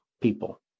people